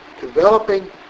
developing